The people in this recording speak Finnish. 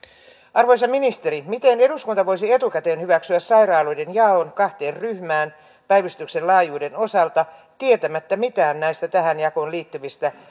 arvoisa ministeri miten eduskunta voisi etukäteen hyväksyä sairaaloiden jaon kahteen ryhmään päivystyksen laajuuden osalta tietämättä mitään näistä tähän jakoon liittyvistä